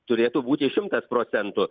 turėtų būti šimtas procentų